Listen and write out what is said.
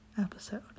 episode